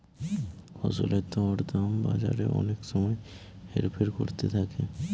ফসলের দর দাম বাজারে অনেক সময় হেরফের করতে থাকে